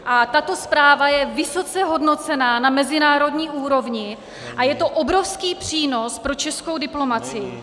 A tato zpráva je vysoce hodnocena na mezinárodní úrovni a je to obrovský přínos pro českou diplomacii.